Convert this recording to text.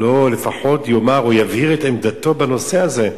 לפחות לא יאמר או יבהיר את עמדתו בנושא הזה,